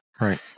Right